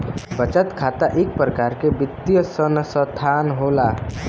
बचत खाता इक परकार के वित्तीय सनसथान होला